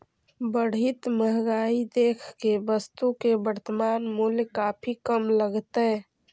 बढ़ित महंगाई देख के वस्तु के वर्तनमान मूल्य काफी कम लगतइ